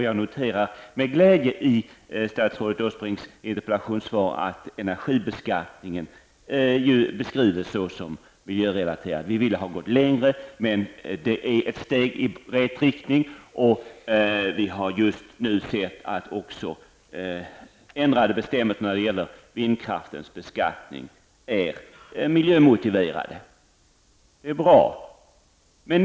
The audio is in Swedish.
Jag noterar med glädje att energibeskattningen beskrivs som miljörelaterad i statsrådet Åsbrinks interpellationssvar. Vi hade velat gå längre, men det är ett steg i rätt riktning. Vi har nu också sett att ändrade bestämmelser när det gäller vindkraftens beskattningar miljömotiverade. Det är bra.